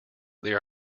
there